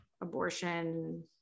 abortion-